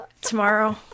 tomorrow